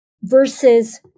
versus